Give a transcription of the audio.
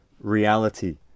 reality